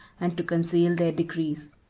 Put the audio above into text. and to conceal their decrees.